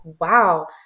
wow